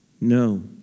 No